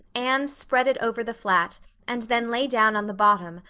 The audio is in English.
anne spread it over the flat and then lay down on the bottom,